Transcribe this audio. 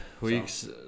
weeks